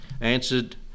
answered